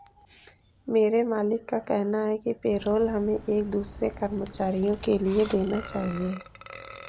मेरे मालिक का कहना है कि पेरोल हमें एक दूसरे कर्मचारियों के लिए देना चाहिए